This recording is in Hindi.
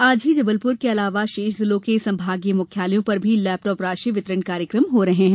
आज ही जबलपुर के अलावा शेष जिलों के संमागीय मुख्यालयों पर भी लैपटॉप राशि वितरण का कार्यक्रम हो रहा है